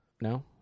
No